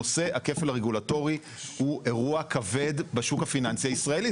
נושא הכפל הרגולטורי הוא אירוע כבד בשוק הפיננסי הישראלי.